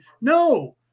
No